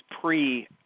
pre